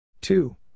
two